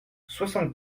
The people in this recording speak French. soixante